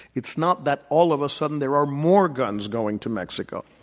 it's not that all of a sudden there are more guns going to mexico.